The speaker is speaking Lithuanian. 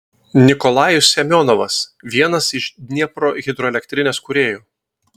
nikolajus semionovas vienas iš dniepro hidroelektrinės kūrėjų